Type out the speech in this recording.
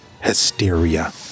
hysteria